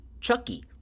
Chucky